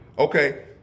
Okay